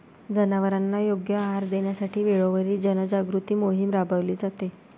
जनावरांना योग्य आहार देण्यासाठी वेळोवेळी जनजागृती मोहीम राबविली जाते